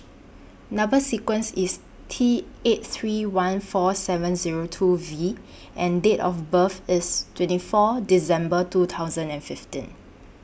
Number sequence IS T eight three one four seven Zero two V and Date of birth IS twenty four December two thousand and fifteen